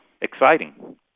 exciting